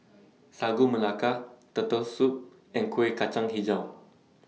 Sagu Melaka Turtle Soup and Kuih Kacang Hijau